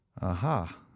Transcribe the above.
aha